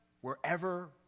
wherever